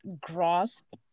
grasp